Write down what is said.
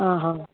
आहा